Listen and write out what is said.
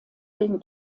den